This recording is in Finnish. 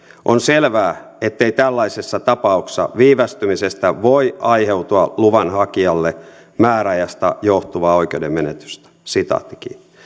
on selvää ettei tällaisessa tapauksessa viivästymisestä voi aiheutua luvan hakijalle määräajasta johtuvaa oikeuden menetystä